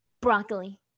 Broccoli